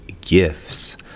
gifts